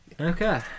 Okay